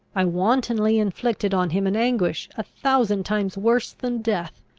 i wantonly inflicted on him an anguish a thousand times worse than death.